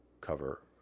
cover